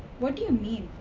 what do you mean?